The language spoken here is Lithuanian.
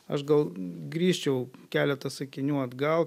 aš gal grįžčiau keletą sakinių atgal